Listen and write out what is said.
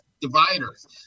dividers